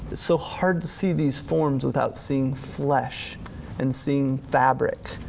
so hard to see these forms without seeing flesh and seeing fabric,